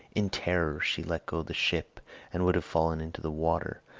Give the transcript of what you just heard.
in terror she let go the ship and would have fallen into the water,